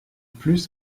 plus